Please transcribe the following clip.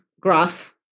graph